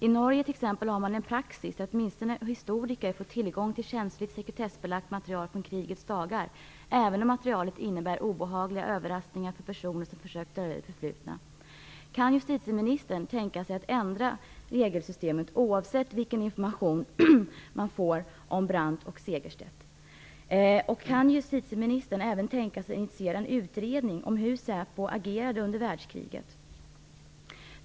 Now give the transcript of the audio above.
I Norge har man t.ex. en praxis, där åtminstone historiker får tillgång till känsligt, sekretessbelagt material från krigets dagar, även om materialet innebär obehagliga överraskningar för personer som försökt dölja det förflutna. Kan justitieministern tänka sig att ändra regelsystemet, oavsett vilken information man får om Brandt och Segerstedt? Kan justitieministern även tänka sig att initiera en utredning om hur SÄPO agerade under andra världskriget?